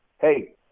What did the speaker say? Hey